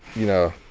you know,